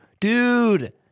dude